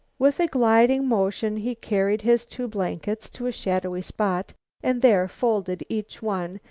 with a gliding motion he carried his two blankets to a shadowy spot and there folded each one,